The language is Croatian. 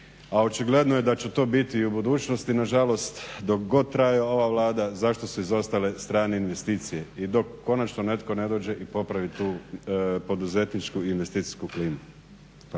a očigledno je da će to biti i u budućnosti nažalost, dok god traje ova Vlada, zašto su izostale strane investicije. I dok konačno netko ne dođe i popravi tu poduzetničku investicijsku klimu.